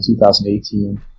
2018